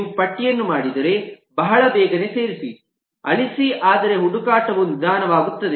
ನೀವು ಪಟ್ಟಿಯನ್ನು ಮಾಡಿದರೆ ಬಹಳ ಬೇಗನೆ ಸೇರಿಸಿ ಅಳಿಸಿ ಆದರೆ ಹುಡುಕಾಟವು ನಿಧಾನವಾಗುತ್ತದೆ